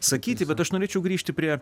sakyti bet aš norėčiau grįžti prie